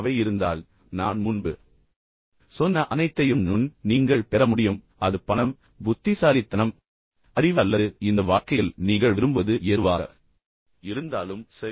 அவை இருந்தால் நான் முன்பு சொன்ன அனைத்தையும் நுண் நீங்கள் நீங்கள் பெற முடியும் அது பணம் புத்திசாலித்தனம் அறிவு அல்லது இந்த வாழ்க்கையில் நீங்கள் விரும்புவது எதுவாக இருந்தாலும் சரி